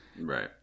Right